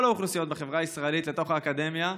האוכלוסיות בחברה הישראלית בתוך האקדמיה,